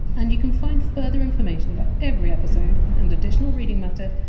and you can find further information about every episode and additional reading matter,